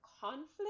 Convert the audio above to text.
conflict